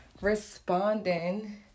responding